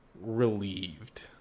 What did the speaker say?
relieved